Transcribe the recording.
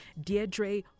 Deirdre